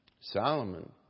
Solomon